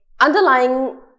underlying